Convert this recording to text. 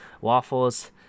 waffles